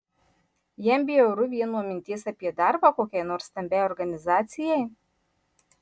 jam bjauru vien nuo minties apie darbą kokiai nors stambiai organizacijai